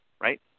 right